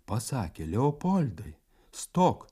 pasakė leopoldai stok